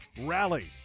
rally